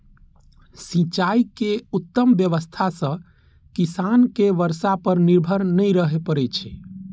सिंचाइ के उत्तम व्यवस्था सं किसान कें बर्षा पर निर्भर नै रहय पड़ै छै